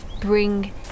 bring